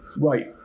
Right